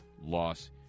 loss